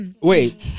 Wait